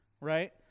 right